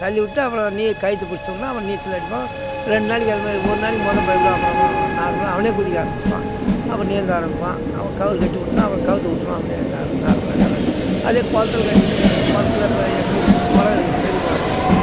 தள்ளி விட்டு அப்புறம் நீ கயித்து பிடிச்சி தொங்கினா அவன் நீச்சல் அடிப்பான் ரெண்டு நாளைக்கு அது மாதிரி ஒரு நாளைக்கு முத பயப்புடுவான் அப்புறம் அப்புறம் நார்மல்லா அவனே குதிக்க ஆரமிச்சிடுவான் அப்புறம் நீந்த ஆரம்மிப்பான் அப்புறம் கயிறு கட்டி விட்டன்னா அப்புறம் கயித்த விட்ருவான் அப்படியே நார்மலாக நல்லா அதே குளத்துல கடிக்கிறது குளத்துல இப்போ எங்கூரு குளம் இருக்குது பெரிய குளம் இருக்குது